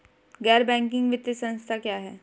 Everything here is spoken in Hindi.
गैर बैंकिंग वित्तीय संस्था क्या है?